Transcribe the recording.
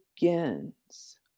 begins